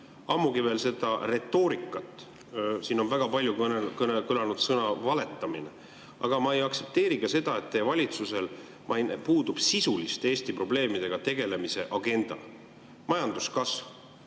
ammugi veel seda retoorikat. Siin on väga palju kõlanud sõna "valetamine". Aga ma ei aktsepteeri ka seda, et teie valitsusel puudub sisuliste Eesti probleemidega tegelemise agenda. Majanduskasv.